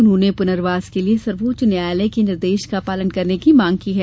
उन्होंने पुनर्वास के लिये सर्वोच्च न्यायालय के निर्देश का पालन करने की मांग की है